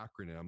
acronym